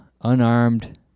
unarmed